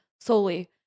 solely